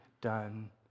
done